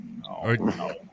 No